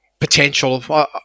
potential